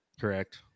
Correct